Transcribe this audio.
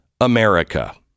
America